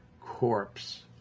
corpse